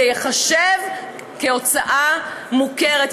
זה ייחשב כהוצאה מוכרת,